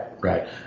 Right